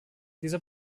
dieser